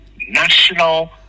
national